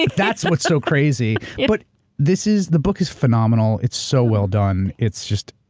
like that's what's so crazy, but this is, the book is phenomenal. it's so well done. it's just.